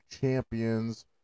champions